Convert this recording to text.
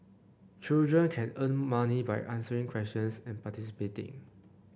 children can earn money by answering questions and participating